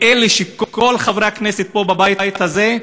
לאלה שכל חברי הכנסת פה בבית הזה,